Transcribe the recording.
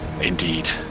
Indeed